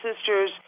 sisters